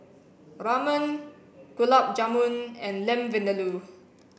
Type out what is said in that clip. Ramen Gulab Jamun and Lamb Vindaloo